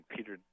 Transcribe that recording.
Peter